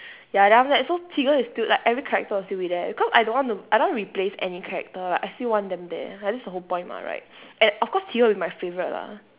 ya then after that so tigger is still like every character will still be there because I don't want to I don't want to replace any character I still want them there like that's the whole point mah right and of course tigger will be my favourite lah